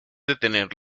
detener